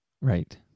Right